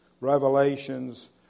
revelations